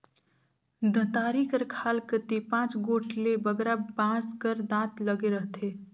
दँतारी कर खाल कती पाँच गोट ले बगरा बाँस कर दाँत लगे रहथे